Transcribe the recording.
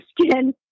skin